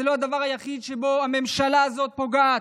לא הדבר היחיד שבו הממשלה הזאת פוגעת.